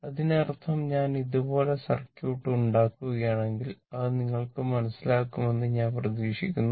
അതിനർത്ഥം ഞാൻ ഇതുപോലെ സർക്യൂട്ട് ഉണ്ടാക്കുകയാണെങ്കിൽ അത് നിങ്ങൾക്ക് മനസ്സിലാകുമെന്ന് ഞാൻ പ്രതീക്ഷിക്കുന്നു